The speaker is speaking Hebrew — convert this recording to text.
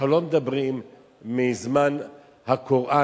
אנחנו לא מדברים מזמן הקוראן,